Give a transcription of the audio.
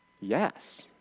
Yes